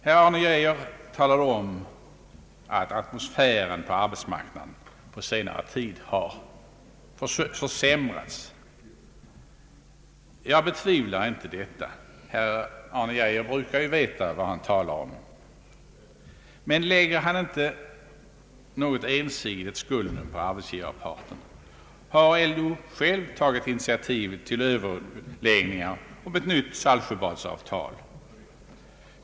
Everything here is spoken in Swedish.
Herr Arne Geijer talade om att atmosfären på arbetsmarknaden på senare tid har försämrats. Jag betvivlar inte detta — herr Arne Geijer brukar veta vad han talar om — men lägger han inte något ensidigt skulden på arbetsgivarparten? Har LO själv tagit initiativ till överläggningar om ett nytt Saltsjöbadsavtal?